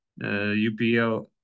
UPL